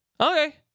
okay